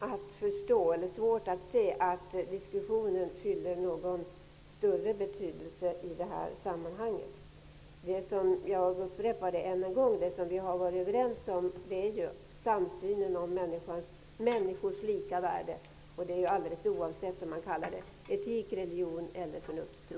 Men jag har svårt att se att diskussionen fyller någon större funktion i det här sammanhanget. Jag upprepar än en gång att det som vi har varit överens om är synen på människors lika värde, alldeles oavsett om man kallar det etik, religion eller förnuftstro.